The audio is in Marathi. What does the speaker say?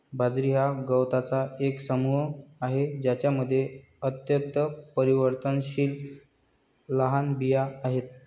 बाजरी हा गवतांचा एक समूह आहे ज्यामध्ये अत्यंत परिवर्तनशील लहान बिया आहेत